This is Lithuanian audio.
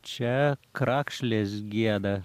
čia krakšlės gieda